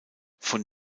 von